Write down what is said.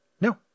No